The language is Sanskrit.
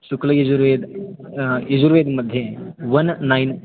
शुक्लयजुर्वेदे यजुर्वेदमध्ये वन् नैन्